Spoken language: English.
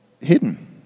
hidden